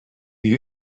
you